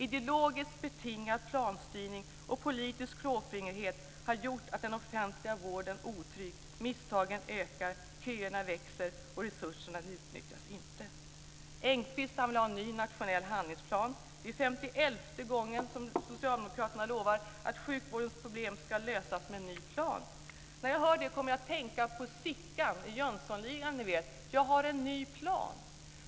Ideologiskt betingad planstyrning och politisk klåfingrighet har gjort den offentliga vården otrygg. Antalet misstag ökar. Köerna växer. Resurserna utnyttjas inte. Engqvist vill ha en ny nationell handlingsplan. Det är femtioelfte gången som Socialdemokraterna lovar att sjukvårdens problem ska lösas med en ny plan. När jag hör det kommer jag att tänka på Sickan i Jönssonligan - "jag har en ny plan".